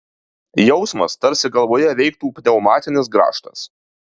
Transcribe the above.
jausmas tarsi galvoje veiktų pneumatinis grąžtas